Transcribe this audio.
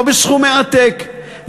לא בסכומי עתק.